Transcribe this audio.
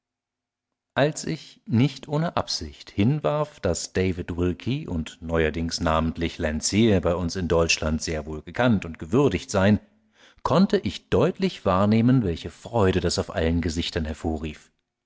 als ich nicht ohne absicht hinwarf daß david wilkie und neuerdings namentlich landseer bei uns in deutschland sehr wohl gekannt und gewürdigt seien konnte ich deutlich wahrnehmen welche freude das auf allen gesichtern hervorrief